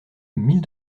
mille